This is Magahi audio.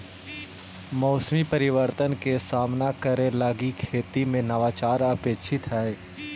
मौसमी परिवर्तन के सामना करे लगी खेती में नवाचार अपेक्षित हई